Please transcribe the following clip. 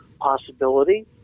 possibility